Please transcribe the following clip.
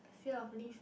fear of lift